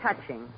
touching